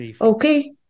Okay